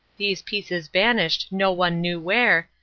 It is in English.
these pieces vanished no one knew where,